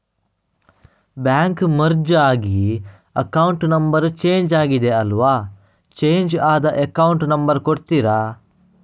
Bank merge ಆಗಿ account number change ಆಗಿದೆ ಅಲ್ವಾ, ಚೇಂಜ್ ಆದ ಅಕೌಂಟ್ ನಂಬರ್ ಕೊಡ್ತೀರಾ?